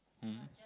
mm